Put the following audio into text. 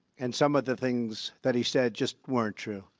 and some of the things that he said just weren't true.